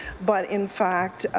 but in fact